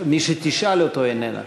ומי שתשאל אותו איננה.